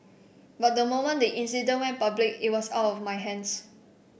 but the moment the incident went public it was out of my hands